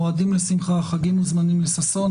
מועדים לשמחה חגים וזמנים לששון,